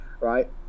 right